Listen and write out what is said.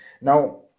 now